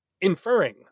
inferring